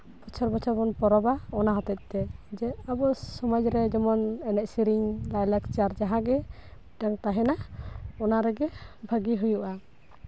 ᱵᱚᱪᱷᱚᱨ ᱵᱚᱪᱷᱚᱨ ᱵᱚᱱ ᱯᱚᱨᱚᱵᱟ ᱚᱱᱟ ᱦᱚᱛᱮᱡ ᱛᱮ ᱡᱮ ᱟᱵᱚ ᱥᱚᱢᱟᱡᱽ ᱨᱮ ᱡᱮᱢᱚᱱ ᱮᱱᱮᱡ ᱥᱮᱨᱮᱧ ᱞᱟᱭᱼᱞᱟᱠᱪᱟᱨ ᱡᱟᱦᱟᱸᱜᱮ ᱛᱟᱦᱮᱱᱟ ᱚᱱᱟ ᱨᱮᱜᱮ ᱵᱷᱟᱞᱮ ᱦᱩᱭᱩᱜᱼᱟ